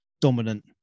dominant